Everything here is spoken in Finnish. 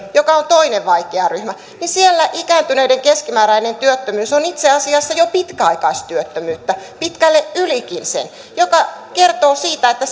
jotka ovat toinen vaikea ryhmä niin siellä ikääntyneiden keskimääräinen työttömyys on itse asiassa jo pitkäaikaistyöttömyyttä pitkälle ylikin sen mikä kertoo siitä että